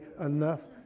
enough